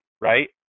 Right